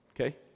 Okay